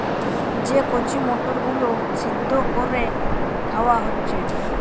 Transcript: যে কচি মটর গুলো সিদ্ধ কোরে খাওয়া হচ্ছে